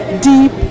deep